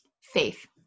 faith